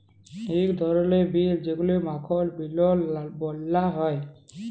ইক ধরলের বিল যেগুলাকে মাখল বিলও ব্যলা হ্যয়